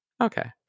Okay